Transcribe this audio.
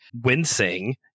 wincing